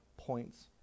points